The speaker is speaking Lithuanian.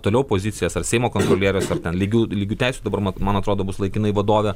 toliau pozicijas ar seimo kontrolierius ar ten lygių lygių teisių dabar man man atrodo bus laikinai vadovė